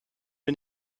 wir